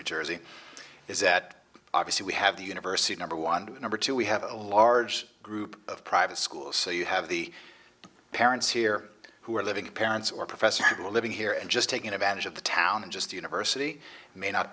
new jersey is that obviously we have the university number one number two we have a large group of private schools so you have the parents here who are living the parents or professor living here and just taking advantage of the town and just the university may not